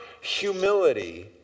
humility